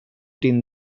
din